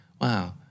Wow